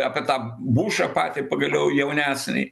apie tą bušą patį pagaliau jaunesnįj